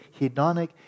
hedonic